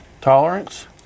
tolerance